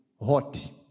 hot